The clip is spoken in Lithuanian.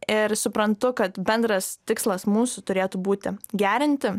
ir suprantu kad bendras tikslas mūsų turėtų būti gerinti